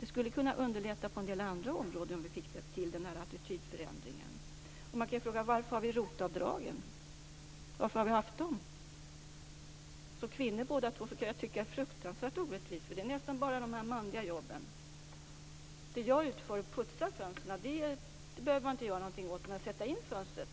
Det skulle kunna underlätta även på en del andra områden om vi fick till denna attitydförändring. Man kan ju fråga varför vi har ROT-avdragen. Varför har vi haft dem? Som kvinna kan jag tycka att det är fruktansvärt orättvist, för det handlar nästan bara om de typiskt manliga jobben. Det som jag utför, att putsa fönster, behöver man inte göra någonting åt. Men för att sätta in fönster